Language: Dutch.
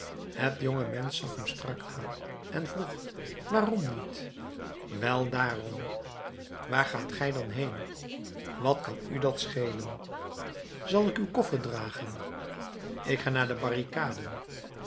het jonge mensch zag hem strak aan en vroeg waarom niet wel daarom waar gaat gij dan heen wat kan u dat schelen zal ik uw koffer dragen ik ga naar de barricaden